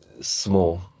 small